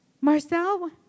Marcel